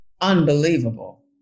unbelievable